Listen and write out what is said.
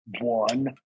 one